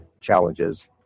challenges